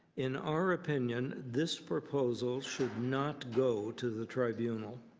in our opinion, this proposal should not go to the tribunal.